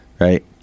right